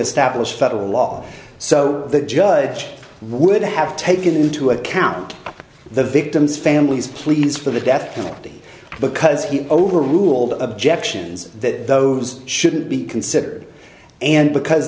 established federal law so the judge would have taken into account the victim's families pleas for the death penalty because he overruled objections that those shouldn't be considered and because